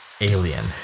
alien